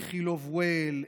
איכילוב well,